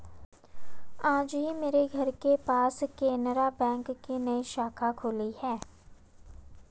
आज ही मेरे घर के पास केनरा बैंक की नई शाखा खुली है